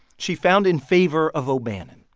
she found in favor of o'bannon.